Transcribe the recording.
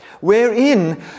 wherein